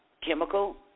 chemical